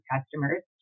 customers